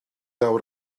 awr